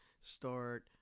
start